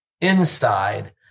inside